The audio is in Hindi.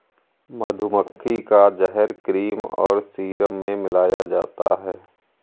मधुमक्खी का जहर क्रीम और सीरम में मिलाया जाता है